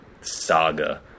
saga